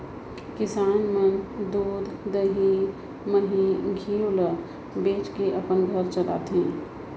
किसान मन दूद, दही, मही, घींव ल बेचके अपन घर चलाथें